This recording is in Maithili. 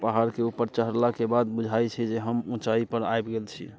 पहाड़के ऊपर चढ़लाके बाद बुझाइत छै जे हम ऊँचाइ पर आबि गेल छी